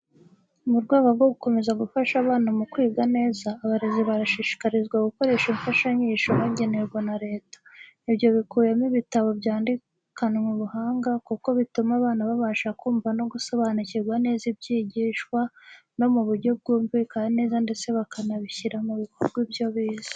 Mu rwego rwo gukomeza gufasha abana mu kwiga neza, abarezi barashishikarizwa gukoresha imfashanyigisho bagenerwa na leta. Ibyo bikubiyemo ibitabo byandikanwe ubuhanga kuko bituma abana babasha kumva no gusobanukirwa neza ibyigishwa mu buryo bwumvikana neza ndetse bakanashyira mu bikorwa ibyo bize.